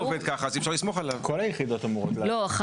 כל היחידות אמורות לעבוד --- לא,